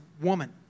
woman